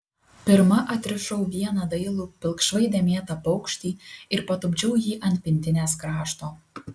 pirma atrišau vieną dailų pilkšvai dėmėtą paukštį ir patupdžiau jį ant pintinės krašto